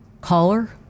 caller